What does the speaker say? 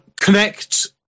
connect